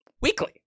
weekly